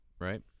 right